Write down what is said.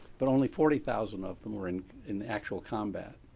but only forty thousand of them were in in actual combat.